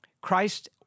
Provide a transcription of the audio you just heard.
Christ